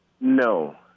no